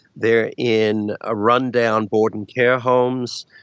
they are in ah run-down board and care homes,